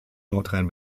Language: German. nordrhein